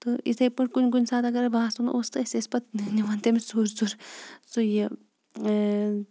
تہٕ یِتھَے پٲٹھۍ کُنہِ کُنہِ ساتہٕ اَگرَے باسان اوس تہٕ أسۍ ٲسۍ پَتہٕ نِوان تٔمِس ژوٗرِ ژوٗرِ سُہ یہِ